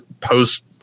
post